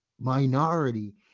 minority